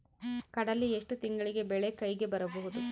ಕಡಲಿ ಎಷ್ಟು ತಿಂಗಳಿಗೆ ಬೆಳೆ ಕೈಗೆ ಬರಬಹುದು?